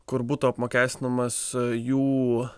kur būtų apmokestinamas jų